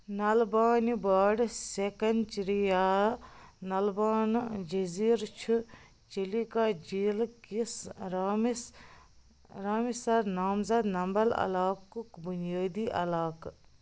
نالہٕ بانہِ باڑٕ سیکَنچٔری یا نلبانہٕ جِزیٖرٕ چھِ چِلیکا جھیٖلہٕ کِس رامِس رامِسَر نامزد نمبَل علاقُک بُنیٲدی علاقہٕ